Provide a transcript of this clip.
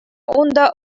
унта